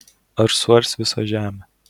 ar suars visą žemę